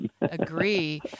Agree